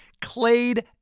Clade